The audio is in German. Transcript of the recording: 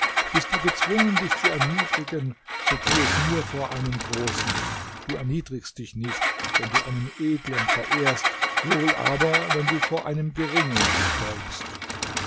bist du gezwungen dich zu erniedrigen so tu es nur vor einem großen du erniedrigst dich nicht wenn du einen edlen verehrst wohl aber wenn du vor einem geringen dich beugst